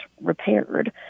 repaired